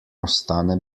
ostane